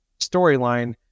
storyline